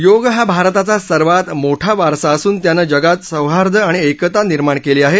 योग हा भारताचा सर्वात मोठा वारसा असून त्यानं जगात सौहार्द आणि एकता निर्माण केली आहे